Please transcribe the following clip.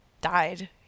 died